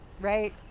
right